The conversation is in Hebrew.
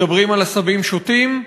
מדברים על עשבים שוטים.